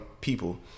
people